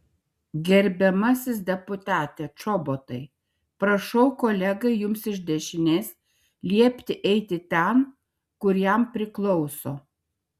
gerbiamasis deputate čobotai prašau kolegai jums iš dešinės liepti eiti ten kur jam priklauso